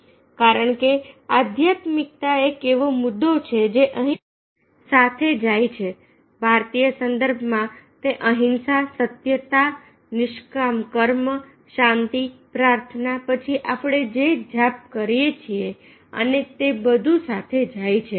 કારણ કે આધ્યાત્મિકતા એક એવો મુદ્દો છે જે અહીં સાથે જાય છે ભારતીય સંદર્ભમાં તે અહિંસા સત્યતા નિષ્કામ કર્મ શાંતિ પ્રાર્થના પછી આપણે જે જાપ કરીએ છીએ અને તે બધું સાથે જાય છે